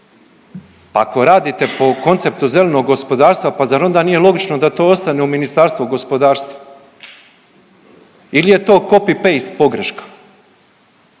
Pa ako radite po konceptu zelenog gospodarstva, pa zar onda nije logično da to ostane u Ministarstvu gospodarstva? Ili je to copy-paste pogreška.